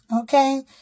okay